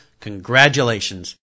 congratulations